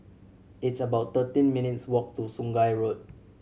it's about thirteen minutes' walk to Sungei Road